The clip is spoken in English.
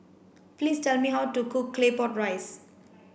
please tell me how to cook Claypot Rice